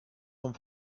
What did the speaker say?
vom